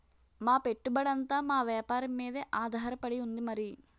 మా పెట్టుబడంతా మా వేపారం మీదే ఆధారపడి ఉంది మరి